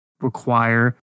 require